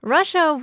Russia